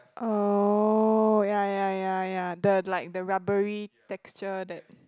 oh ya ya ya ya the like the rubbery texture that